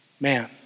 Man